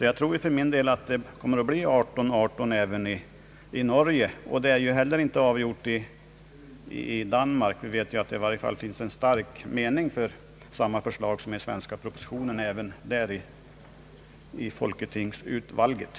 Jag tror alltså för min del att giftasåldrarna kommer att bli 18 respektive 18 år även i Norge. Inte heller i Danmark är frågan avgjord, men vi vet i alla händelser att det också i folketingsudvalget finns en stark mening för samma förslag som i den föreliggande propositionen.